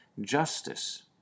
justice